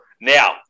Now